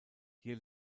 hier